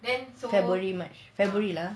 february march february lah